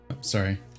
sorry